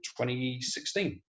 2016